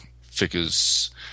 figures